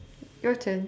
your turn